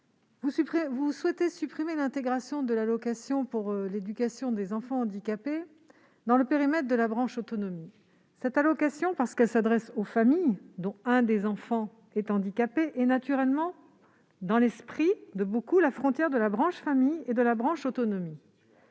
visent à supprimer l'intégration de l'allocation d'éducation de l'enfant handicapé au sein du périmètre de la branche autonomie. Cette allocation, parce qu'elle s'adresse aux familles dont l'un des enfants est handicapé, se trouve naturellement, dans l'esprit de beaucoup, à la frontière entre la branche famille et la branche autonomie.